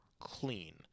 clean